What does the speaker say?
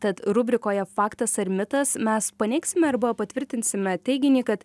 tad rubrikoje faktas ar mitas mes paneigsime arba patvirtinsime teiginį kad